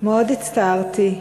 מאוד הצטערתי,